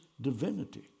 divinity